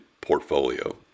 portfolio